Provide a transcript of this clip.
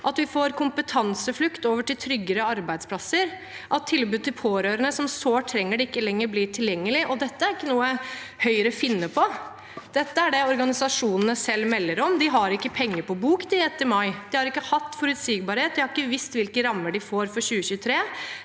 at vi får kompetanseflukt over til tryggere arbeidsplasser, at tilbud til pårørende som sårt trenger det, ikke lenger blir tilgjengelig. Dette er ikke noe Høyre finner på. Det er organisasjonene selv som melder om dette. De har ikke penger på bok etter mai. De har ikke hatt forutsigbarhet. De har ikke visst hvilke rammer de får for 2023.